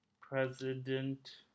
president